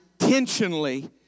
intentionally